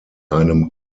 einem